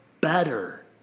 better